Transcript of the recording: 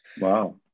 Wow